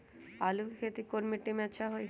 आलु के खेती कौन मिट्टी में अच्छा होइ?